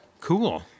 Cool